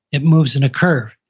it moves in a curve.